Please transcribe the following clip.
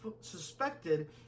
suspected